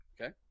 Okay